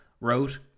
wrote